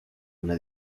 una